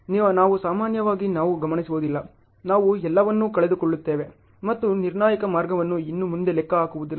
ನಾವು ಸಾಮಾನ್ಯವಾಗಿ ನಾವು ಗಮನಿಸುವುದಿಲ್ಲ ನಾವು ಎಲ್ಲವನ್ನೂ ಕಳೆದುಕೊಳ್ಳುತ್ತೇವೆ ಮತ್ತು ನಿರ್ಣಾಯಕ ಮಾರ್ಗವನ್ನು ಇನ್ನು ಮುಂದೆ ಲೆಕ್ಕಹಾಕಲಾಗುವುದಿಲ್ಲ